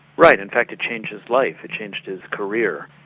right. in fact, it changed his life, it changed his career.